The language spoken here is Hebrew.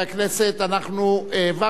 הכנסת העבירה ברוב,